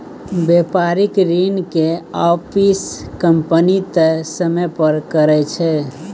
बेपारिक ऋण के आपिस कंपनी तय समय पर करै छै